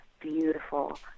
beautiful